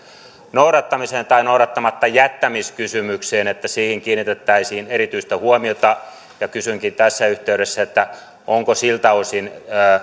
noudattamis tai noudattamattajättämiskysymykseen ja että siihen kiinnitettäisiin erityistä huomiota kysynkin tässä yhteydessä onko siltä osin